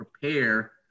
prepare